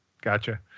Gotcha